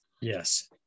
Yes